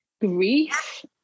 grief